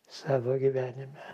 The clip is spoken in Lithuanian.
savo gyvenime